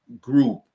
group